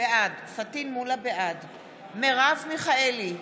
בעד מרב מיכאלי,